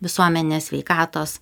visuomenės sveikatos